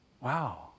Wow